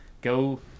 go